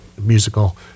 musical